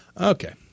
Okay